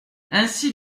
ainsi